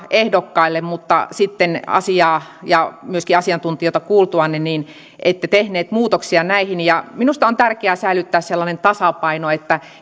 ehdokkaille mutta sitten asiaa ja myöskin asiantuntijoita kuultuanne ette tehneet muutoksia näihin minusta on tärkeää säilyttää sellainen tasapaino